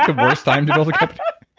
worst time to build a company?